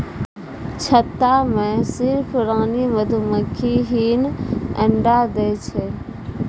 छत्ता मॅ सिर्फ रानी मधुमक्खी हीं अंडा दै छै